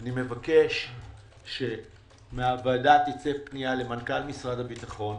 אני מבקש שמהוועדה תצא פנייה למנכ"ל משרד הביטחון.